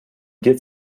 get